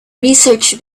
research